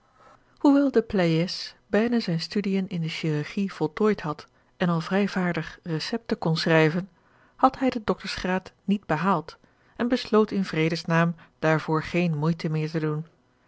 pleyes bijna zijne studiën in de chirurgie voltooid had en al vrij vaardig recepten kon schrijven had hij den doctorsgraad niet behaald en besloot in vredes naam daarvoor geene moeite meer te doen